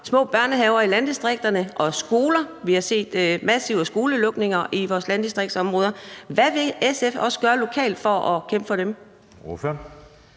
små børnehaver i landdistrikterne – og skoler. Vi har set massive skolelukninger i vores landdistriktsområder. Hvad vil SF gøre, også lokalt, for at kæmpe for dem?